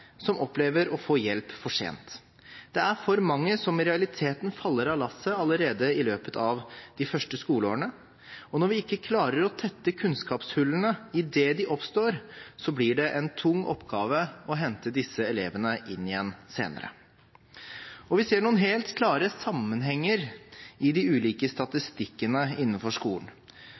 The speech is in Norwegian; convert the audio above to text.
som opplever å få hjelp for sent. Det er for mange som i realiteten faller av lasset allerede i løpet av de første skoleårene, og når vi ikke klarer å tette kunnskapshullene idet de oppstår, blir det en tung oppgave å hente disse elevene inn igjen senere. Vi ser noen helt klare sammenhenger i de ulike